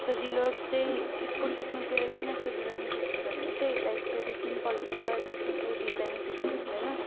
सजिलो चाहिँ स्पोर्ट्स सुजतिर किन सजिलो महसुस हुन्छ भने चाहिँ लाइक त्यो चाहिँ सिम्पल हुन्छ त्यसमा केही डिजाइन सिजाइन हुँदैन